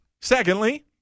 Secondly